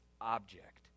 object